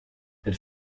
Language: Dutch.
het